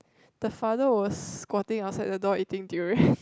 the father was squatting outside the door eating durian